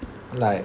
like